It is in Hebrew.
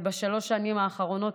ובשלוש השנים האחרונות,